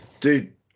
Dude